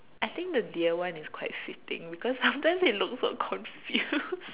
I think the deer one is quite fitting because sometimes it looks so confused